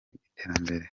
iterambere